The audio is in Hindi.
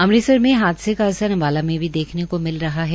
अमृतसर में हादसे का असर अम्बाला में भी देखने को मिला रहा है